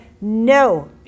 no